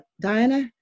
Diana